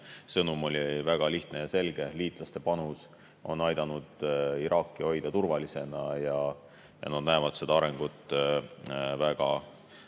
sõnum oli väga selge: liitlaste panus on aidanud Iraaki hoida turvalisena ja nad näevad seda arengut väga